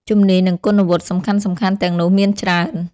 ជំនាញ និងគុណវុឌ្ឍិសំខាន់ៗទាំងនោះមានច្រើន។